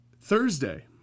Thursday